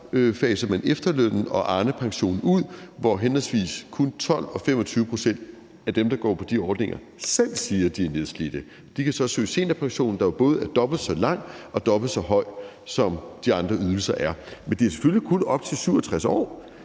faser man efterlønnen og Arnepensionen ud, da henholdsvis kun 12 og 25 pct. af dem, der går på de ordninger, selv siger, at de er nedslidte. De kan så søge seniorpension, der jo både er dobbelt så langvarig og dobbelt så høj, som de andre ydelser er. Men det er selvfølgelig kun op til 67 år.